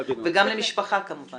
וגם למשפחה כמובן.